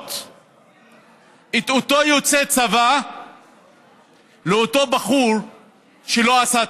להשוות את אותו יוצא צבא לאותו בחור שלא עשה צבא.